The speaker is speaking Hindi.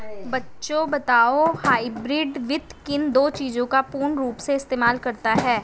बच्चों बताओ हाइब्रिड वित्त किन दो चीजों का पूर्ण रूप से इस्तेमाल करता है?